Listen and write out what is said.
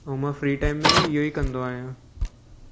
ऐं मां free time में इहो ई कंदो आहियां